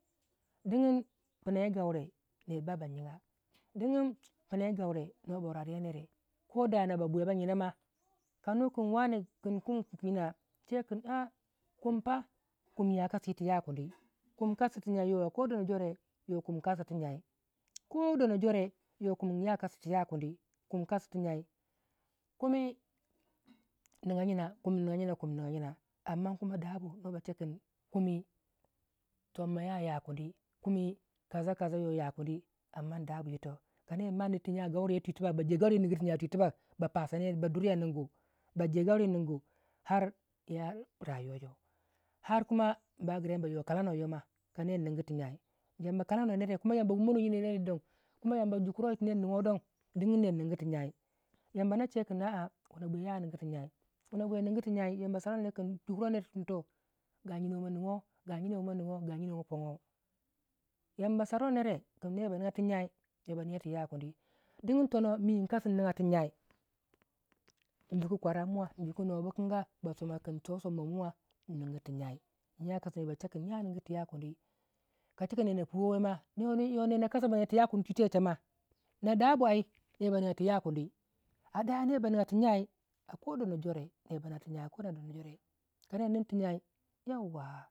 dingin pina yi garau ner baba yiga digin pin yi gaure no ba wralya nere koda na ana babwiya bai na ma kanu kin wane kin kumi kin yina chewei kin a'a kum pa kumi ya kasi yirtu ya kuni kumi kasi tu jyai yo a ko dono jore kumi kasi tu jyai ko dona jore ya kumi jya kas ti yakuni nkasi tu jyai kumi niga jyina kumi nigya jyina amman kuma dabu no ba chekin kumi som ma ya yakuni kumi kasa kasa yo yakuni amman dabu yito kaner mani tu jyai gawuriyo ti tibak ba je gaure yi ningu tu jya twii tibak ba pasiya ba durya ningu ba je gauri yi ningu har yiya rayuwayo ar kuma mbagi ra yamba yo kalannu wei yo ma ka ner nin gu twi jyai yamba kalano nere kuma yanba wumno ner jyinau don kuma yamba jukuroi yirtu ner nigiwoi don digin ner ningu tu jyai yamba na che kin a'a wuna bwiya ya nun gu tu yai wuna bwiya ningu tu jyai yamba saruwai ner kin toh gajyinau ma nigiwo gajyino wu ma poguwoi yamba saruwai nere ner ba niga tu jyai ner ba nigiya yir tu ya kuni digin dono mii nkasi inigya tu jyai njuku kwara muwa no bikanga ba somakin toh somma muwa nninku tu jyai ya kasi ner ba che kin yiya ningu yir tu ya kuniya kachika ner na puwowei ma yo ner na kasi ba niga tu yakuni doncha ma na dabu ai nerba niga tu yakuni adaya ner ba niga tu jyai a kodono jore ner ba niga tu jyai kana dono jore ka ner nin tu jyai yauwa